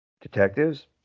detectives